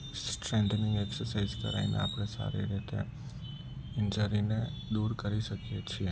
સ્ટ્રેન્થની exercise કરાવીને આપણે સારી રીતે ઇન્જરીને દૂર કરી શકીએ છીએ